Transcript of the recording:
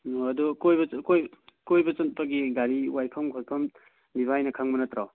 ꯑꯣ ꯑꯗꯨ ꯀꯣꯏꯕ ꯆꯠꯄꯒꯤ ꯒꯥꯔꯤ ꯋꯥꯏꯐꯝ ꯈꯣꯠꯐꯝ ꯚꯥꯏꯅ ꯈꯪꯕ ꯅꯠꯇ꯭ꯔꯣ